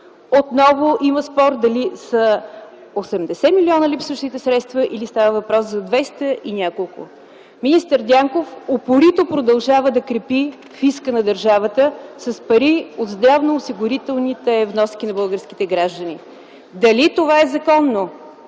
Отново има спор дали липсващите средства са 80 милиона, или става дума за 200 и няколко. Министър Дянков упорито продължава да крепи фиска на държавата с пари от здравноосигурителните вноски на българските граждани. Дали това е законно?